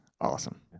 Awesome